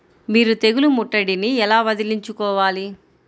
మీరు తెగులు ముట్టడిని ఎలా వదిలించుకోవాలి?